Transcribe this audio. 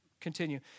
Continue